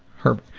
herb